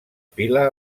pila